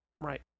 Right